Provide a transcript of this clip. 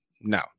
no